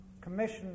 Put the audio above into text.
commission